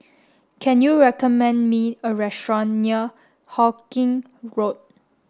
can you recommend me a restaurant near Hawkinge Road